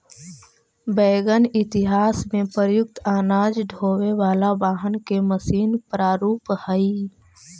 wagon इतिहास में प्रयुक्त अनाज ढोवे वाला वाहन के मशीन प्रारूप हई